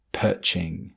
perching